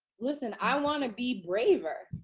listen, i want to be braver,